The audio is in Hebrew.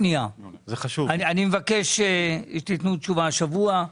אני מבקש שתתנו תשובה השבוע.